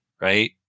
right